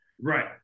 Right